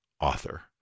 author